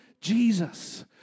Jesus